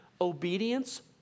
obedience